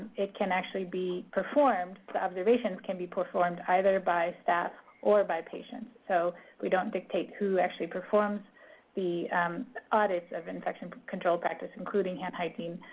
it can actually be performed. the observations can be performed either by staff or by patients. patients. so we don't dictate who actually performs the audits of infection control practice, including hand hygiene,